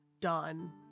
done